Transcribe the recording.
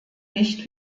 nicht